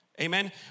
Amen